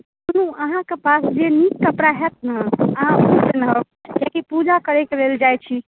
जी अहाँक पास जे नीक कपड़ा हैत ने अहाँ उएह पहिरब किएकी पूजा करैक लेल जाइत छी